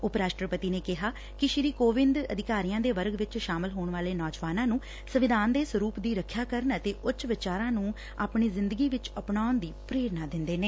ਉਪ ਰਾਸ਼ਟਰਪਤੀ ਨੇ ਕਿਹਾ ਕਿ ਸ੍ਰੀ ਕੋਵਿੰਦ ਅਧਿਕਾਰੀਆਂ ਦੇ ਵਰਗ ਚ ਸ਼ਾਮਲ ਹੋਣ ਵਾਲੇ ਨੌਜਵਾਨਾਂ ਨੂੰ ਸੰਵਿਧਾਨ ਦੇ ਸਰੂਪ ਦੀ ਰੱਖਿਆ ਕਰਨ ਅਤੇ ਉੱਚ ਵਿਚਾਰਾਂ ਨੂੰ ਅਪਣਾਉਣ ਦੀ ਪ੍ਰੇਰਣਾ ਦਿੰਦੇ ਨੇ